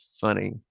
funny